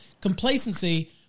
complacency